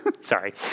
Sorry